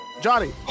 Johnny